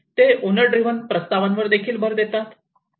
ते owner driven प्रस्तावनांवर देखील भर देतात